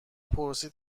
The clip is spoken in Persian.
پرسید